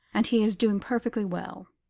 and he is doing perfectly well.